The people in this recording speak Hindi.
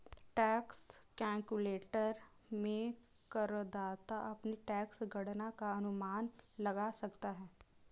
टैक्स कैलकुलेटर में करदाता अपनी टैक्स गणना का अनुमान लगा सकता है